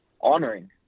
honoring